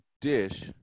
dish